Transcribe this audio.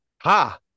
Ha